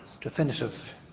definitive